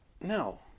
No